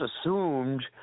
assumed